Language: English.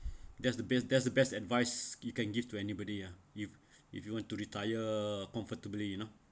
that's the best that's the best advice you can give to anybody ah if if you want to retire comfortably you know